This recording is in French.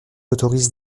autorise